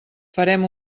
farem